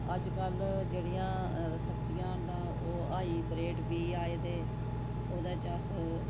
अज्जकल जेह्ड़ियां सब्ज़ियां न तां ओह् हाइब्रेड बीऽ आए दे ओहदे च अस